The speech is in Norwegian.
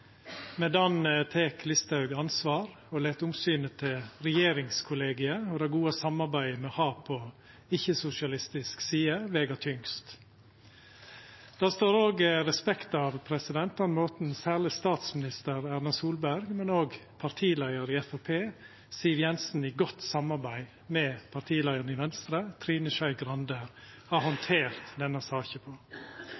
Med den tek Listhaug ansvar og lèt omsynet til regjeringskollegiet og det gode samarbeidet me har på ikkje-sosialistisk side, vega tyngst. Det står òg respekt av måten særleg statsminister Erna Solberg, men òg partileiaren i Framstegspartiet, Siv Jensen, i godt samarbeid med partileiaren i Venstre, Trine Skei Grande, har